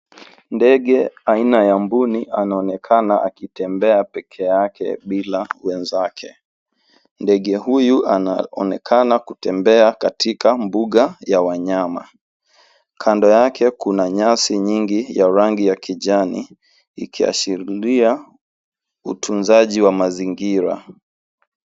Ndege aina ya mbuni anaonekana akitembea pekee yake bila wenzake. Ndege huyu anaonekana kutembea katika mbuga ya wanyama. Kando yake kuna nyasi nyingi ya rangi ya kijani ikiashiria utunzaji wa mazingira.